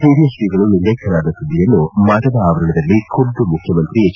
ಹಿರಿಯ ತ್ರೀಗಳು ಲಿಂಗ್ಹೆಕ್ಸರಾದ ಸುದ್ದಿಯನ್ನು ಮಠದ ಆವರಣದಲ್ಲಿ ಖುದ್ದು ಮುಖ್ಯಮಂತ್ರಿ ಎಚ್